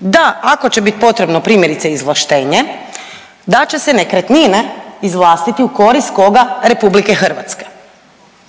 da ako će bit potrebno, primjerice, izvlaštenje, da će se nekretnine izvlastiti, u korist koga, RH, što